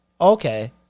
Okay